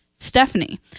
Stephanie